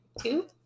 Two